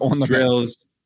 drills